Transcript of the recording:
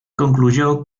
concluyó